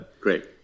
Great